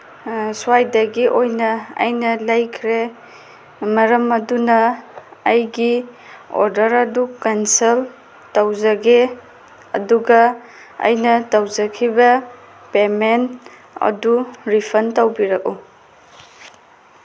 ꯁ꯭ꯋꯥꯏꯗꯒꯤ ꯑꯣꯏꯅ ꯑꯩꯅ ꯂꯩꯈ꯭ꯔꯦ ꯃꯔꯝ ꯑꯗꯨꯅ ꯑꯩꯒꯤ ꯑꯣꯗꯔ ꯑꯗꯨ ꯀꯦꯟꯁꯦꯜ ꯇꯧꯖꯒꯦ ꯑꯗꯨꯒ ꯑꯩꯅ ꯇꯧꯖꯈꯤꯕ ꯄꯦꯃꯦꯟ ꯑꯗꯨ ꯔꯤꯐꯟ ꯇꯧꯕꯤꯔꯛꯎ